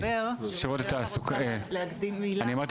מרק